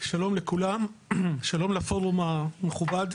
שלום לכולם, שלום לפורום המכובד,